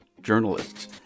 journalists